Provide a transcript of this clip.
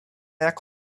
jak